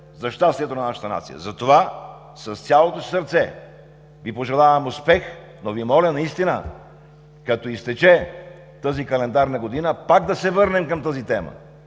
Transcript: за щастието на нашата нация. Затова с цялото си сърце Ви пожелавам успех, но Ви моля наистина, като изтече тази календарна година, пак да се върнем към тази тема